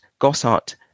Gossart